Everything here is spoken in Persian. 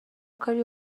کاریو